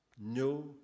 No